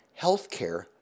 healthcare